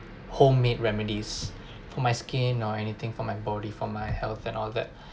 homemade remedies for my skin or anything for my body for my health and all that